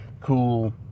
cool